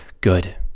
good